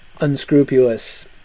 unscrupulous